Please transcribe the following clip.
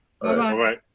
Bye